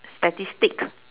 statistic